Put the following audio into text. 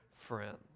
friends